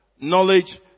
knowledge